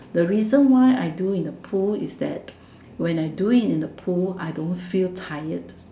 the reason why I do in the pool is that when I do it in the pool I don't feel tired